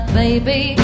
baby